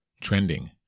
trending